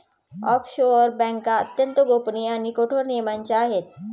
offshore बँका अत्यंत गोपनीय आणि कठोर नियमांच्या आहे